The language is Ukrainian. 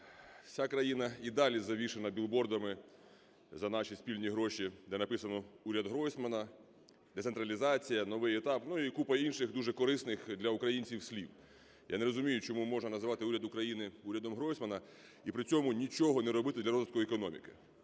Вся країна і далі завішена білбордами за наші спільні гроші, де написано "уряд Гройсмана", "децентралізація", "новий етап", ну, і купа інших дуже корисних для українців слів. Я не розумію, чому можна називати уряд України урядом Гройсмана і при цьому нічого не робити для розвитку економіки?